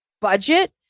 budget